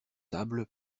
table